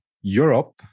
Europe